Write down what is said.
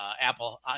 Apple